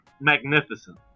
magnificent